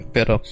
Pero